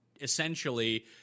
essentially